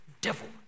devil